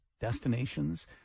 destinations